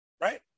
Right